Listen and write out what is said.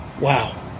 Wow